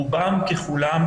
רובן ככולן,